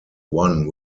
one